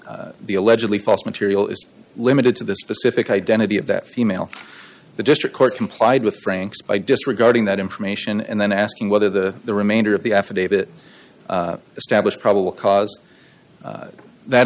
t the allegedly fos material is limited to the specific identity of that female the district court complied with franks by disregarding that information and then asking whether the the remainder of the affidavit establish probable cause that